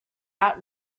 out